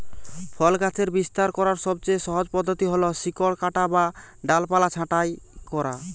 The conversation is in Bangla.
ফল গাছের বিস্তার করার সবচেয়ে সহজ পদ্ধতি হল শিকড় কাটা বা ডালপালা ছাঁটাই করা